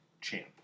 Champ